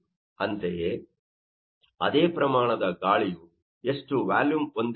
ಅಂತೆಯೇ ಅದೇ ಪ್ರಮಾಣದ ಗಾಳಿಯು ಎಷ್ಟು ವ್ಯಾಲುಮ್ ಹೊಂದಿರುತ್ತದೆ